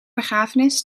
begrafenis